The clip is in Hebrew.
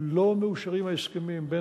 לא מאושרים ההסכמים בין